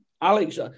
Alex